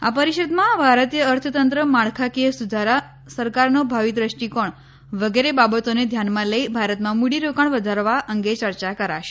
આ પરિષદમાં ભારતીય અર્થતંત્ર માળખાકીય સુધારા સરકારનો ભાવિ દ્રષ્ટિકોણ વગેરે બાબતોને ધ્યાનમાં લઈ ભારતમાં મૂડીરોકાણ વધારવા અંગે ચર્ચા કરાશે